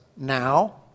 Now